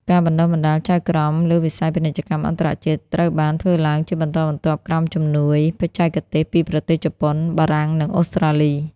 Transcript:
ការបណ្ដុះបណ្ដាលចៅក្រមលើវិស័យពាណិជ្ជកម្មអន្តរជាតិ ត្រូវបានធ្វើឡើងជាបន្តបន្ទាប់ក្រោមជំនួយបច្ចេកទេសពីប្រទេសជប៉ុន បារាំង និងអូស្ត្រាលី។